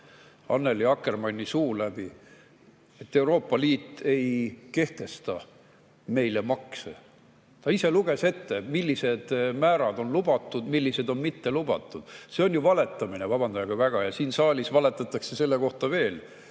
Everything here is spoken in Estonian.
Annely Akkermanni suu läbi otsest valet, et Euroopa Liit ei kehtesta meile makse. Ta ise luges ette, millised määrad on lubatud, millised on mitte lubatud. See on ju valetamine, vabandage väga! Ja siin saalis valetatakse selle kohta veel,